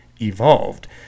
evolved